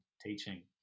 teaching